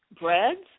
breads